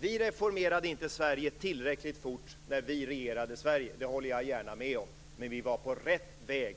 Vi reformerade inte Sverige tillräckligt fort när vi regerade. Det håller jag gärna med om. Men vi var på rätt väg.